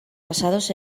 basados